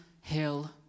hill